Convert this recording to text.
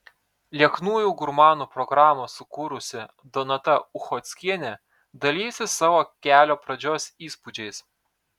lieknųjų gurmanų programą sukūrusi donata uchockienė dalijasi savo kelio pradžios įspūdžiais